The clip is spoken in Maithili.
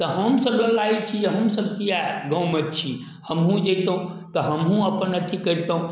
तऽ हमसभ ललायित छी कि हमसभ किएक गाममे छी हमहूँ जएतहुँ तऽ हमहूँ अपन अथी करितहुँ